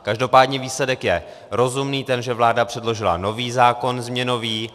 Každopádně výsledek je rozumný ten, že vláda předložila nový zákon změnový.